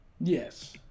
Yes